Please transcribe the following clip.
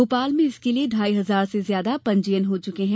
भोपाल में इसके लिये ढाई हजार से ज्यादा पंजीयन हो चुके हैं